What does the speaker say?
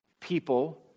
people